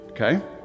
Okay